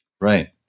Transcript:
Right